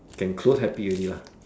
can close happy already lah